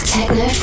Techno